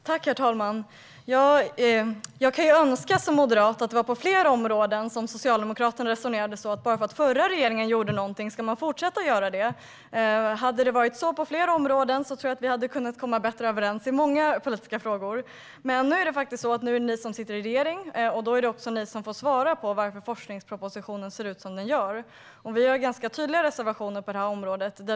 Herr talman! Som moderat kan jag önska att Socialdemokraterna resonerade så här på fler områden - man kan faktiskt fortsätta att göra någonting som den förra regeringen gjorde. Om det hade varit så på fler områden tror jag att vi hade kunnat komma bättre överens i många politiska frågor. Nu är det dock ni som sitter i regeringsställning, och då är det också ni som får svara på varför forskningspropositionen ser ut som den gör. Vi har ganska tydliga reservationer på det här området.